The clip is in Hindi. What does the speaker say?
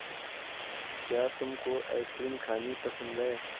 क्या तुमको आइसक्रीम खानी पसंद है?